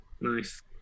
Nice